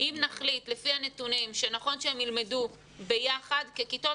אם נחליט לפי הנתונים שנכון הם ילמדו ביחד - אגב,